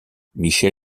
michel